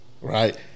right